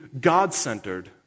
God-centered